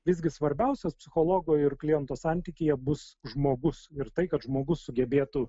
visgi svarbiausias psichologo ir kliento santykyje bus žmogus ir tai kad žmogus sugebėtų